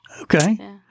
Okay